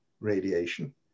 radiation